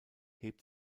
hebt